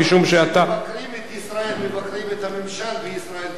גם כשמבקרים את ישראל מבקרים את הממשל בישראל,